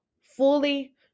fully